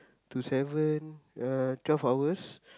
to seven uh twelve hours